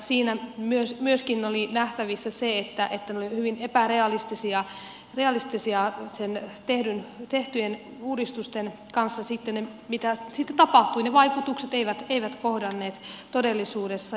siinä myöskin oli nähtävissä se että ne olivat hyvin epärealistisia tehtyjen uudistusten suhteen sen suhteen mitä sitten tapahtui ne vaikutukset eivät kohdanneet todellisuudessa